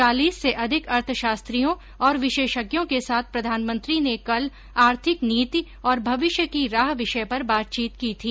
चालीस से अधिक अर्थशास्त्रियों और विशेषज्ञों के साथ प्रधानमंत्री ने कल आर्थिक नीति और भविष्य की राह विषय पर बातचीत की थी